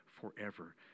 forever